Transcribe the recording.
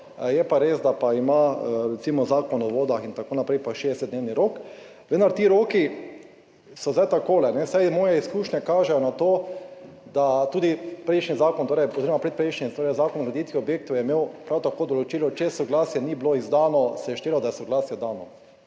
je pa res, da ima recimo Zakon o vodah in tako naprej pa 60-dnevni rok. Vendar je s temi roki zdaj takole, vsaj moje izkušnje kažejo na to, tudi prejšnji zakon oziroma predprejšnji zakon o graditvi objektov je imel prav tako določilo, da če soglasje ni bilo izdano, se je štelo, da je soglasje dano,